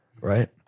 right